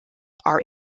are